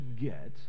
get